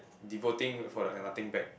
devoting for like nothing back